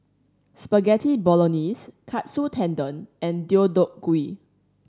Spaghetti Bolognese Katsu Tendon and Deodeok Gui